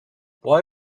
why